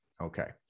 Okay